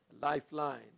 Lifeline